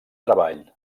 treball